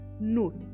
note